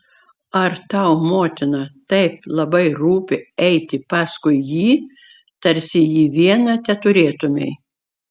ar tau motina taip labai rūpi eiti paskui jį tarsi jį vieną teturėtumei